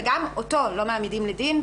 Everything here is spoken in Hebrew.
וגם אותו לא מעמידים לדין,